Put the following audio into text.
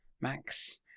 Max